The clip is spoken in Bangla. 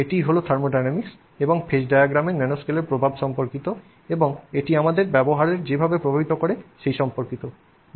সুতরাং এটিই হল থার্মোডাইনামিক্স এবং ফেজ ডায়াগ্রামে ন্যানোস্কেলের প্রভাব সম্পর্কিত এবং এটি আমাদের ব্যবহারের যেভাবে প্রভাবিত করে সেই সম্পর্কিত